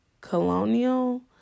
Colonial